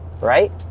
right